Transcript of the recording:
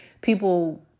people